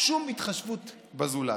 שום התחשבות בזולת.